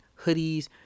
hoodies